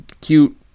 cute